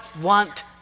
want